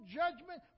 judgment